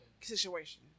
situation